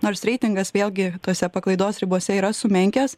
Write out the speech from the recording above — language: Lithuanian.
nors reitingas vėlgi tose paklaidos ribose yra sumenkęs